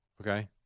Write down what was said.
Okay